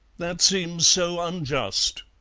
that seems so unjust,